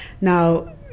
Now